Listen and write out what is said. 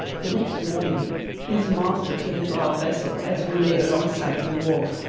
the next morning his master came to our vessel as we lay alongside the wharf,